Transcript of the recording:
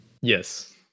Yes